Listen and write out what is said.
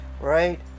right